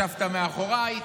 ישבת מאחוריי,